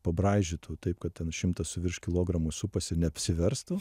pabraižytų taip kad ten šimtas su virš kilogramų supasi neapsiverstų